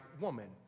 woman